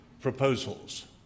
proposals